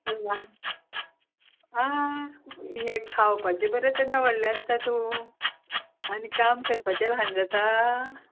आं हें खावपाचें बरें तेन्ना व्हडलें आसता तूं आनी काम करपाचें ल्हान जाता